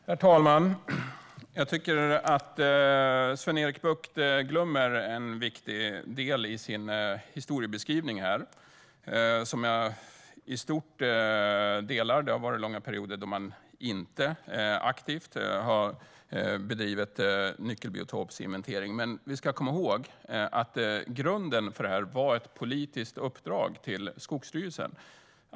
Herr talman! Jag tycker att Sven-Erik Bucht glömmer en viktig del i sin historieskrivning här. Jag delar den i stort, men det har varit långa perioder då man inte aktivt har bedrivit nyckelbiotopsinventering. Vi ska komma ihåg att grunden för det här var ett politiskt uppdrag till Skogsstyrelsen.